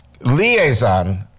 liaison